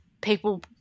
people